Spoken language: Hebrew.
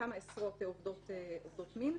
כמה עשרות עובדות מין,